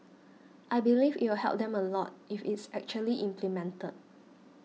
I believe it will help them a lot if it's actually implemented